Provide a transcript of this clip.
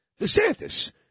DeSantis